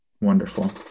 Wonderful